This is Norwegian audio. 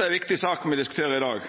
ei viktig sak me diskuterer i dag.